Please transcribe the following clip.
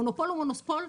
מונופול הוא מונופול,